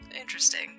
Interesting